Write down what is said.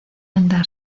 andar